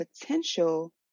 potential